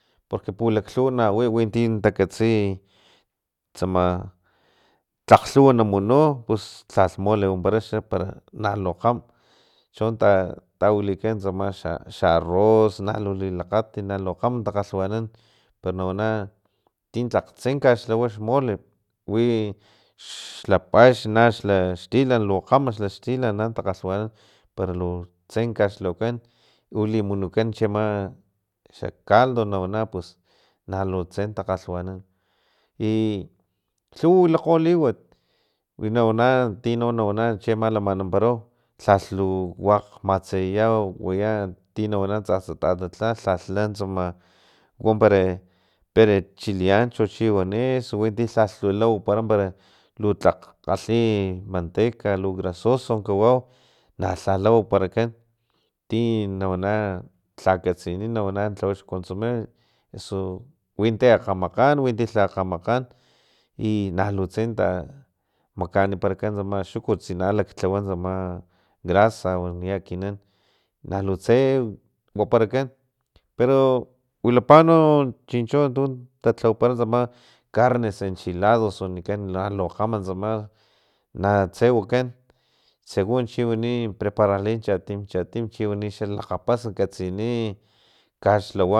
Porque pulaklhuwa nawi witi nakatsi tsama tlakglhuwa na munu pus lha mole wampara xa para na kgam chonta tawilikan tsama xa arroz pus na lu lilakgatit nalu kgama ta kgalhwanan pero na wana tin tlakgtse kaxlawa xmole wi xlapaxn na xlaxtilan lukgam xlaxtilan na takgalhwanan para lu tse kaxlhawakan ulimunukan ama chiama xa caldo na wana pus na lu tse takgalhwanan y lhuw wilakgo liwat wi nawana ti ti no nawana chi ama lamanaparau lhalh lu wakg matseyiya waya nawana tsatsa tatatla lhalhla tsama wampara pere chileancho pus chiwani osu wi ti lhalh ula wapara pero lu tlak kgalhi i manteca lu grasoso kawau nalhala waparakan ti na wana lha katsini nawana xconsome eso witi akgamakgan witi lha akgamakgan i na lutse makaaniparakan tsama xukut tsina laklhawa tsama grasa ia ekinana lutse waparakan pero wilapa no chincho tu tatlawapara ama carne enchilados wanikan tsama lo kgama tsama na tse wakan segun chiwani prepararli chatim chatim chiwani xa lakgapas katsini kaslhawa.